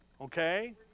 Okay